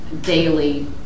daily